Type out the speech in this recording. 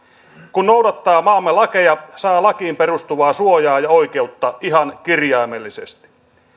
kun noudattaa maamme lakeja saa lakiin perustuvaa suojaa ja oikeutta ihan kirjaimellisesti